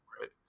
right